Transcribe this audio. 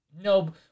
No